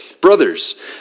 Brothers